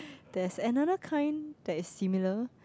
there's another kind that is similar